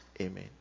Amen